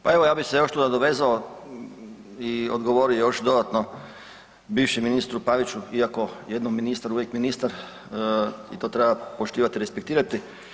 Pa evo ja bi se još tu nadovezao i odgovorio još dodatno bivšem ministru Paviću iako jednom ministar, uvijek ministar i to treba poštivati i respektirati.